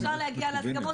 אפשר להגיע להסכמות.